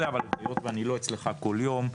אבל היות ואני לא אצלך כל יום,